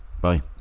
Bye